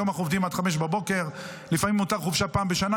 היום אנחנו עובדים עד 5:00. לפעמים מותר חופשה פעם בשנה.